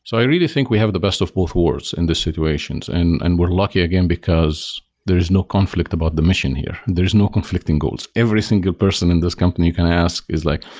so i really think we have the best of both worlds in this situation. and and we're lucky again, because there is no conflict about the mission here. there's no conflicting goals. every single person in this company you can ask is like,